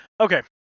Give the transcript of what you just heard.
Okay